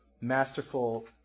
masterful